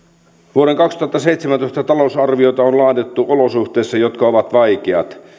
vuoden kaksituhattaseitsemäntoista talousarviota on laadittu olosuhteissa jotka ovat vaikeat